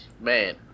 man